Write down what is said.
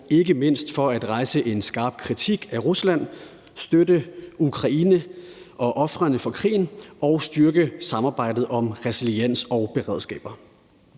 ikke mindst i forhold til at rejse en skarp kritik af Rusland og at støtte Ukraine og ofrene for krigen og at styrke samarbejdet om resiliens og beredskaber.